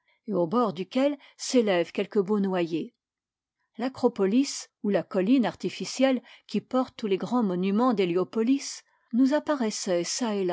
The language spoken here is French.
et aux bords duquel s'élèvent quelques beaux noyers l'acropolis ou la colline artificielle qui porte tous les grands monumens d'héliopolis nous apparaissait çà